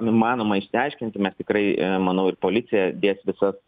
numanoma išsiaiškinti mes tikrai manau ir policija dės visas